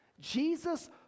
Jesus